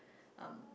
um